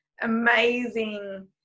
Amazing